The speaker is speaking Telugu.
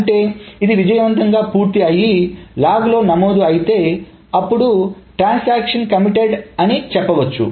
అంటే ఇది విజయవంతంగా పూర్తి అయి లాగ్ లో నమోదు అయితే అప్పుడు ట్రాన్సాక్షన్ కమిటెడ్ అని చెప్పవచ్చు